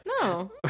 no